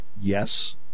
Yes